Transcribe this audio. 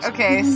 Okay